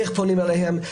איך פונים אליהם,